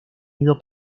ido